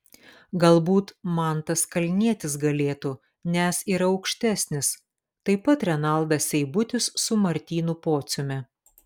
galbūt mantas kalnietis galėtų nes yra aukštesnis taip pat renaldas seibutis su martynu pociumi